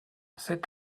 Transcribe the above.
c’est